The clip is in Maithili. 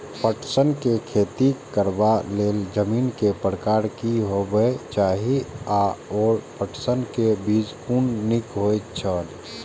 पटसन के खेती करबाक लेल जमीन के प्रकार की होबेय चाही आओर पटसन के बीज कुन निक होऐत छल?